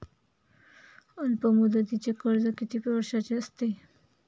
अल्पमुदतीचे कर्ज किती वर्षांचे असते?